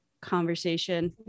conversation